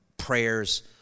Prayers